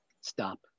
stop